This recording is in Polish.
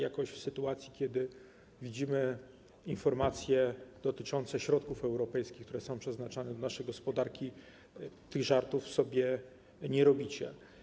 Jakoś w sytuacji, kiedy widzimy informacje dotyczące środków europejskich, które są przeznaczane na naszą gospodarkę, tych żartów sobie nie robicie.